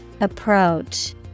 Approach